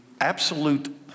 absolute